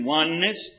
oneness